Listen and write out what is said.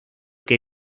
que